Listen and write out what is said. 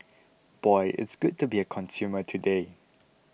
boy it's good to be a consumer today